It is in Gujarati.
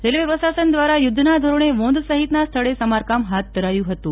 રેલવે પ્રશાસન દ્વારા યુદ્ધના ધોરણે વોંધ સહિતના સ્થળે સમારકામ હાથ ધરાયું હતું